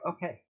Okay